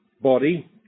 body